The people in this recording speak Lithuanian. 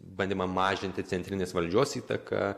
bandymą mažinti centrinės valdžios įtaką